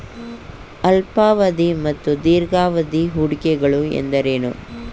ಅಲ್ಪಾವಧಿ ಮತ್ತು ದೀರ್ಘಾವಧಿ ಹೂಡಿಕೆಗಳು ಎಂದರೇನು?